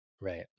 Right